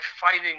fighting